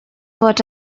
what